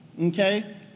Okay